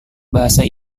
bahasa